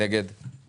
הצבעה